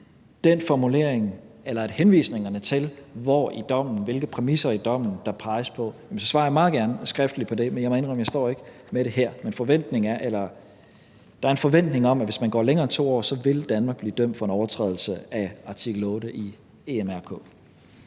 der er et ønske om at få henvisningerne til, hvilke præmisser i dommen der peges på, svarer jeg meget gerne skriftligt på det, men jeg må indrømme, at jeg ikke står med det her. Men der er en forventning om, at hvis man går længere end 2 år, vil Danmark blive dømt for en overtrædelse af artikel 8 i EMRK.